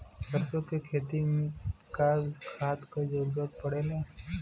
सरसो के खेती में का खाद क जरूरत पड़ेला?